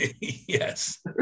Yes